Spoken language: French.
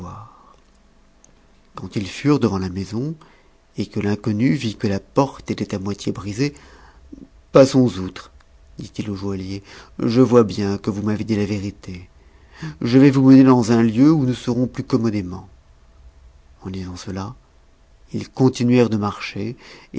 quand ils furent devant la maison et que l'inconnu vit que la porte était à moitié brisée passons outre dit-il au joaillier je vois bien que vous m'avez dit la vérité je vais vous mener dans un lieu où nous serons plus commodément en disant cela ils continuèrent de marcher